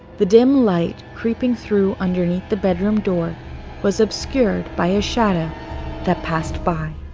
the dim light creeping through underneath the bedroom door was obscured by a shadow that passed by.